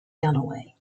galloway